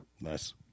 Nice